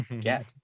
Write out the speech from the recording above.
get